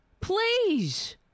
Please